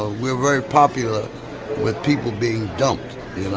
ah we're very popular with people being dumped